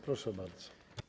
Proszę bardzo.